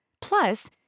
Plus